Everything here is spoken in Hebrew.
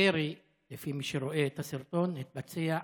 הירי, לפי מי שרואה את הסרטון, התבצע מאחור,